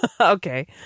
Okay